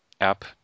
app